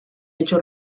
hecho